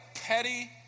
petty